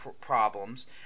problems